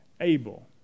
Abel